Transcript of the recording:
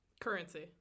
Currency